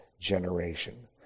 generation